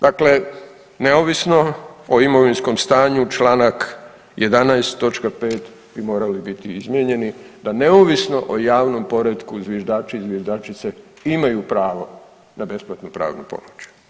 Dakle, neovisno o imovinskom stanju čl. 11. točka 5 bi morali biti izmijenjeni da neovisno o javnom poretku zviždači i zviždačice imaju pravo na besplatnu pravnu pomoć.